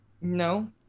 No